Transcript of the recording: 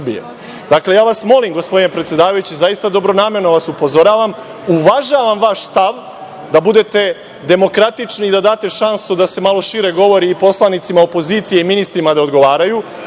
Srbije. Ja vas molim, gospodine predsedavajući, zaista vas dobronamerno upozoravam, uvažavam vaš stav da budete demokratični i da date šansu da se malo šire govori i poslanicima opozicije i ministrima da odgovaraju,